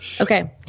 Okay